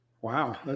Wow